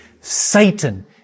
Satan